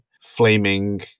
flaming